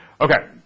Okay